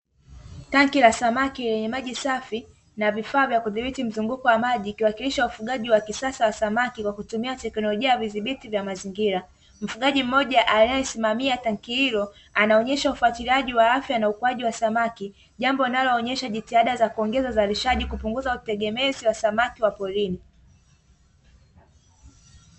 Tanki la samaki yenye maji safi na vifaa vya kudhibiti mzunguko wa maji kiwakilishi wa ufugaji wa kisasa wa samaki kwa kutumia teknolojia vidhibiti vya mazingira; mfugaji mmoja aliyesimamia tanki hilo anaonyeshwa ufuatiliaji wa afya na ukuaji wa samaki, jambo linaloonyesha jitihada za kuongeza uzalishaji kupunguza wategemezi wa samaki wa porini.